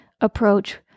approach